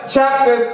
chapter